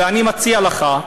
ואני מציע לך,